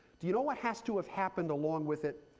do you know what has to have happened along with it?